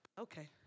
Okay